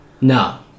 no